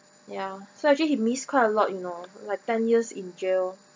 ya so actually he missed quite a lot you know like ten years in jail